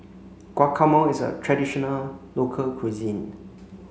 Guacamole is a traditional local cuisine